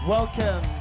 Welcome